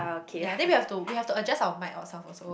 ya then we have to we have to adjust our mic ourselves also